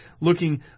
looking